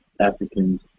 Africans